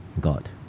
God